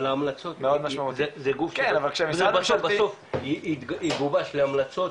אבל ההמלצות, בסוף זה יגובש להמלצות?